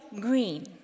green